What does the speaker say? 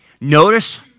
Notice